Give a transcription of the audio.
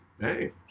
hey